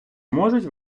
можуть